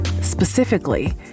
specifically